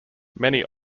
many